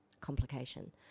complication